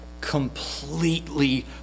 Completely